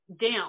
down